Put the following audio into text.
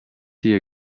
see